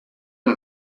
der